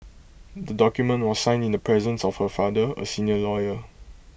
the document was signed in the presence of her father A senior lawyer